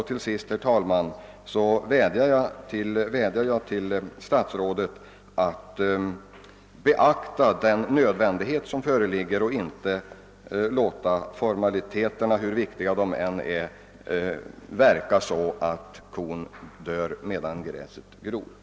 Till sist, herr talman, vädjar jag till statsrådet att han inte låter formaliteterna, hur viktiga de än är, hindra nödvändiga åtgärder. Det kan medföra att kon dör medan gräset gror.